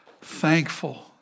Thankful